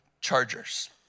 Chargers